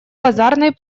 базарной